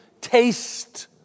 taste